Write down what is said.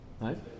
Right